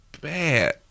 bad